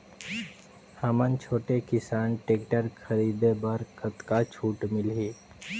हमन छोटे किसान टेक्टर खरीदे बर कतका छूट मिलही?